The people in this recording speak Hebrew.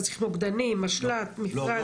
אתה צריך מוקדנים, משל"ט, מכרז.